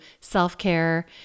self-care